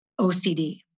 OCD